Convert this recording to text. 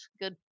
Good